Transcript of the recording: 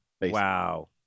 Wow